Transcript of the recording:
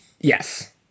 yes